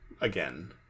again